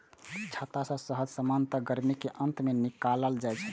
छत्ता सं शहद सामान्यतः गर्मीक अंत मे निकालल जाइ छै